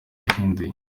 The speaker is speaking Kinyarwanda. yahinduye